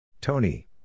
Tony